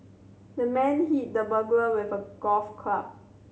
the man hit the burglar with a golf club